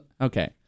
Okay